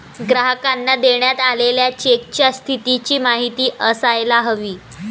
ग्राहकांना देण्यात आलेल्या चेकच्या स्थितीची माहिती असायला हवी